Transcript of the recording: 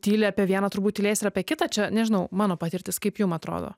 tyli apie vieną turbūt tylės ir apie kitą čia nežinau mano patirtis kaip jum atrodo